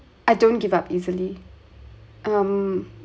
I don't give up easily um